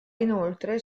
inoltre